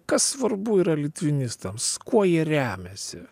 kas svarbu yra litvinistams kuo jie remiasi